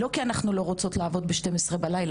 לא כי אנחנו לא רוצות לעבוד בשתים עשרה בלילה,